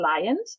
client